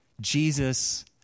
Jesus